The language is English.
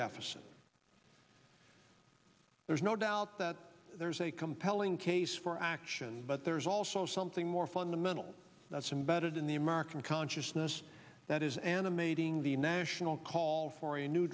deficit there's no doubt that there's a compelling case for action but there's also something more fundamental that's embedded in the american consciousness that is animating the national call for a new